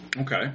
Okay